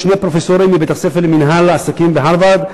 שני פרופסורים מבית-הספר למינהל עסקים בהארוורד,